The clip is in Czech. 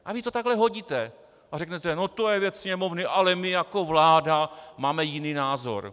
A vy to takhle hodíte a řeknete no to je věc Sněmovny, ale my, jako vláda, máme jiný názor.